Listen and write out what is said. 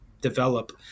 develop